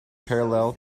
parallel